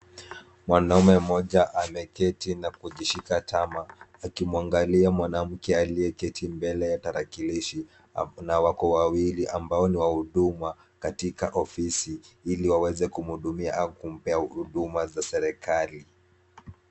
mwanaume mmoja ameketi na kujishika tama , akimwangalia mwanamke aliyeketi mbele ya tarakilishi na wako wawili ambao ni wahuduma katika ofisi, ili waweze kumhudumia ama kupewa huduma za serikali.